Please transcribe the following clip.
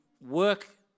work